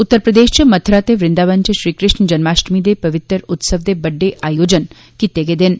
उत्तर प्रदेश च मथ्रा ते वंदावन च श्री कृष्ण जन्माष्टमी दे वित्र उत्सव दे बड्डे आयोजन कीते गेदे न